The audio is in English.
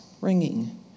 ringing